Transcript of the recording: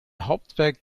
hauptwerk